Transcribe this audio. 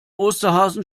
osterhasen